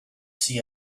see